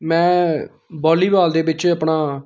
में volleyball दे बिच्च अपना